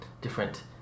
different